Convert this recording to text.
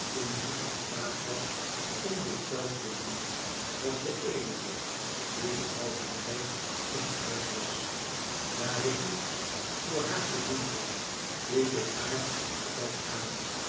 niet in staat was om dit zelf te doen was de eenige die behalve mij in huis was daar ik niets voor haar te doen had liet ik haar naar bed gaan